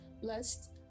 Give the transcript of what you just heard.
blessed